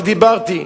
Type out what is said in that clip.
ודיברתי.